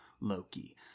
Loki